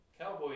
Cowboy